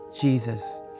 Jesus